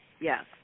Yes